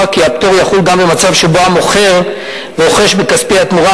כי הפטור יחול גם במצב שבו המוכר רוכש בכספי התמורה,